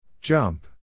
Jump